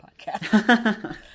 podcast